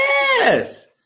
yes